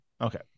Okay